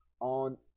on